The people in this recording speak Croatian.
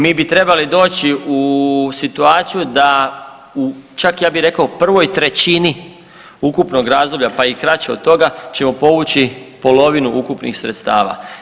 Mi bi trebali doći u situaciju da u čak ja bi rekao u prvoj treći ukupnog razdoblja pa i kraće od toga ćemo povući polovinu ukupnih sredstava.